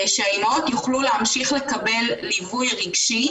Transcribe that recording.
שהאימהות יוכלו להמשיך לקבל ליווי רגשי